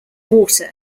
water